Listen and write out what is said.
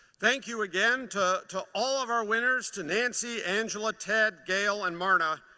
thank you again to to all of our winners, to nancy, angela, ted, gail and marna,